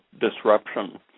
disruption